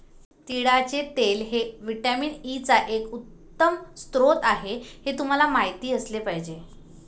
तिळाचे तेल हे व्हिटॅमिन ई चा एक उत्तम स्रोत आहे हे तुम्हाला माहित असले पाहिजे